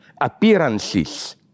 appearances